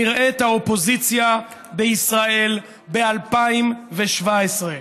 נראית האופוזיציה בישראל ב-2017.